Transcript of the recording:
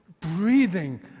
Breathing